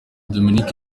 dominic